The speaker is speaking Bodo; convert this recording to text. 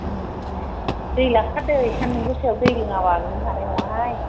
दै लाखा दै सानदुं गोसायाव दै लोङाबा गुरनो हानाय नङा हाय